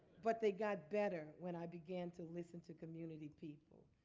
but they got better when i began to listen to community people.